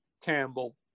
campbell